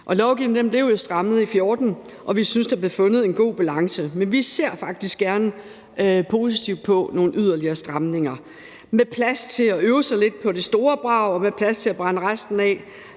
Lovgivningen blev strammet i 2014, og vi synes, at der blev fundet en god balance, men vi ser faktisk positivt på yderligere stramninger, dog med plads til at øve sig på det store brag og med plads til at brænde resten af,